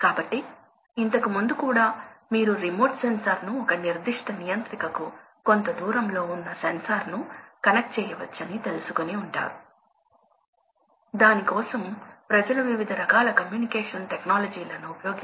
కాబట్టి మేము దానిని చూడబోతున్నాము మరియు ఈ ఆపరేటింగ్ పాయింట్ను మనం మార్చవచ్చు ఎందుకంటే ఈ ఆపరేటింగ్ పాయింట్ను ఎలా మార్చవచ్చో దాని బట్టి మనం ప్రవాహాన్ని మార్చాలి